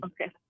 Okay